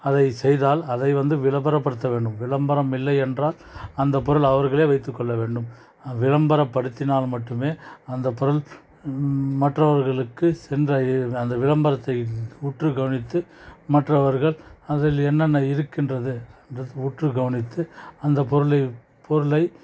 அதை செய்தால் அதை வந்து விளம்பரப்படுத்த வேண்டும் விளம்பரம் இல்லை என்றால் அந்த பொருள் அவர்களே வைத்து கொள்ள வேண்டும் விளம்பரப்படுத்தினால் மட்டுமே அந்த பொருள் மற்றவர்களுக்கு சென்றடைந்த அந்த விளம்பரத்தை உற்று கவனித்து மற்றவர்கள் அதில் என்னென்ன இருக்கின்றது என்றதை உற்று கவனித்து அந்த பொருளை பொருளை